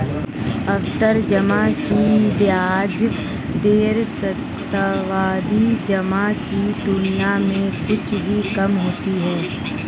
आवर्ती जमा की ब्याज दरें सावधि जमा की तुलना में कुछ ही कम होती हैं